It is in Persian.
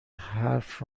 حرف